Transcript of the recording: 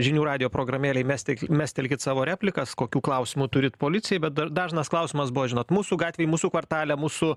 žinių radijo programėlėj mes tik mestelkit savo replikas kokių klausimų turit policijai bet da dažnas klausimas buvo žinot mūsų gatvėj mūsų kvartale mūsų